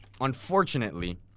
unfortunately